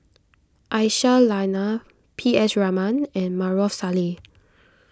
Aisyah Lyana P S Raman and Maarof Salleh